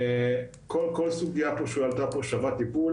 כל סוגיה שעלתה פה שווה טיפול